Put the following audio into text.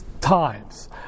times